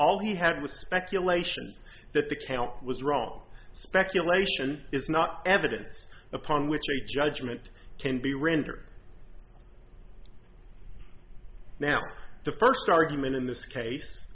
all he had was speculation that the camp was wrong speculation is not evidence upon which a judgment can be rendered now the first argument in this case